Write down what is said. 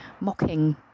mocking